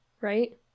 right